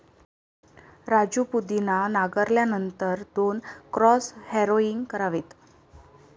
राजू पुदिना नांगरल्यानंतर दोन क्रॉस हॅरोइंग करावेत